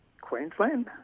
Queensland